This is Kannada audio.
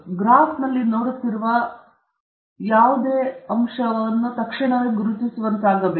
ಆದ್ದರಿಂದ ಗ್ರಾಫ್ನಲ್ಲಿ ನೋಡುತ್ತಿರುವ ಯಾವುದೇ ವ್ಯಕ್ತಿಯು ನಮೂದಿಸಬಹುದಾದ ಎಲ್ಲವುಗಳು ತಕ್ಷಣವೇ ಗುರುತಿಸಬಹುದು